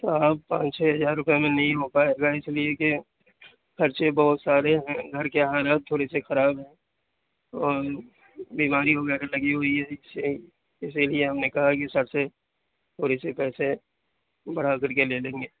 صاحب پانچ چھ ہزار روپے میں نہیں ہو پائے گا اِس لیے کہ خرچے بہت سارے ہیں گھر کے حالات تھوڑے سے خراب ہیں اور بیماری وغیرہ لگی ہوئی ہے اِس ٹائم اِسی لیے ہم نے کہا کہ سر سے تھوڑے سے پیسے بڑھا کر کے لے لیں گے